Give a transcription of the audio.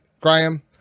Graham